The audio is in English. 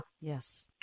Yes